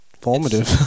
Formative